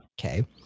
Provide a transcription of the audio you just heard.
okay